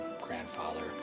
grandfather